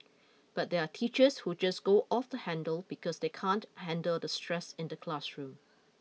but there are teachers who just go off the handle because they can't handle the stress in the classroom